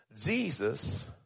Jesus